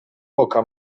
oka